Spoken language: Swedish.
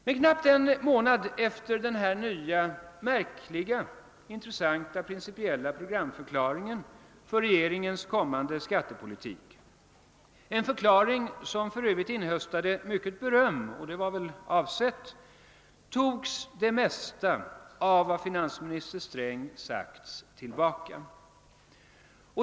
Men knappt en månad efter denna nya, märkliga, intressanta, principiella programförklaring rörande regeringens kommande skattepolitik — en förklaring som för övrigt inhöstade mycket beröm och det var väl avsikten — togs det mesta av vad finansminister Sträng sagt tillbaka.